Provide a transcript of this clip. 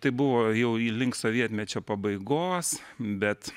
tai buvo jau į link sovietmečio pabaigos bet